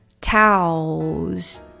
towels